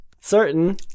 certain